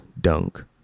dunk